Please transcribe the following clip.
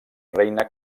reina